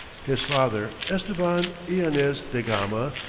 his father, estevam eanez da gama,